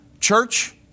church